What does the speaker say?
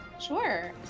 Sure